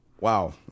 Wow